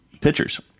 pitchers